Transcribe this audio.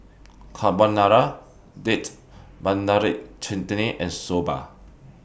Carbonara Date Tamarind Chutney and Soba